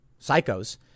psychos